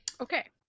Okay